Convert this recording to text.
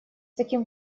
таким